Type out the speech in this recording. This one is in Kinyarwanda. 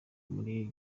muri